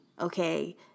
Okay